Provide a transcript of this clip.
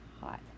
hot